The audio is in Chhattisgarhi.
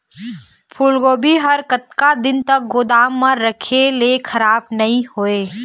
फूलगोभी हर कतका दिन तक गोदाम म रखे ले खराब नई होय?